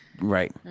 Right